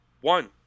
One